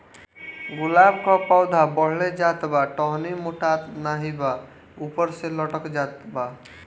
गुलाब क पौधा बढ़ले जात बा टहनी मोटात नाहीं बा ऊपर से लटक जात बा?